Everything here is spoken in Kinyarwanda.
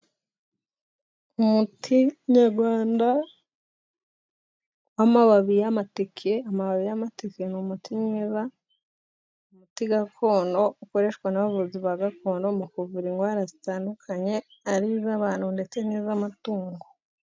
Umuti nyarwanda w'amababi y'amateke. Amababi y'amateke ni umuti mwiza, umuti gakondo ukoreshwa n'abavuzi ba gakondo mu kuvura indwara zitandukanye, ari iz'abantu ndetse n'iz'amatungo.